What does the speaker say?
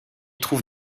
trouve